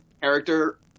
Character